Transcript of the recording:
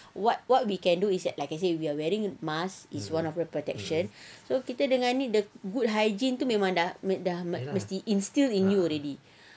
what what we can do is that like I say we are wearing mask is one of the protection so kita dengan ni kita good hygiene dah mesti dah mesti instill in you already